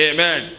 Amen